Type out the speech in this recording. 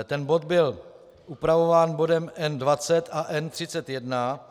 Ten bod byl upravován bodem N20 a N31.